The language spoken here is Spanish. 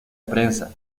prensa